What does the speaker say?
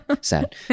sad